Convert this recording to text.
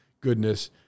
goodness